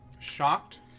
shocked